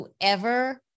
Whoever